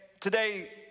today